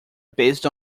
based